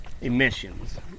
emissions